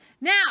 Now